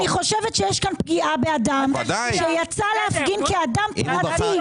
חושבת שיש כאן פגיעה באדם שיצא להפגין כאדם פרטי.